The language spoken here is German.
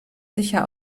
sicher